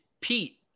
Pete